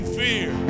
fear